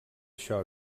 això